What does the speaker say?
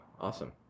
Awesome